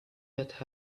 that